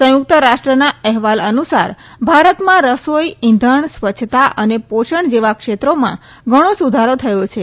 સંયુકત રાષ્ટ્રના અહેવાલ અનુસાર ભારતમાં રસોઈ ઈંધણ સ્વચ્છતા અને પોષણ જેવા ક્ષેત્રોમાં ઘણો સુધારો થયો છે